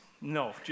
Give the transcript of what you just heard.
No